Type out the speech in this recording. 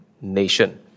nation